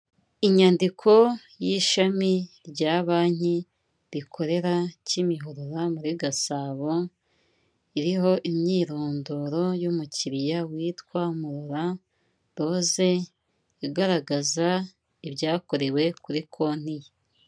Inyandiko y'ishami rya banki, rikorera Kimihurura muri Gasabo, iriho imyirondoro y'umukiriya witwa Murora Rose igaragaza ibyakorewe kuri konti ye.